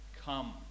come